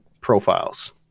profiles